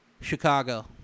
Chicago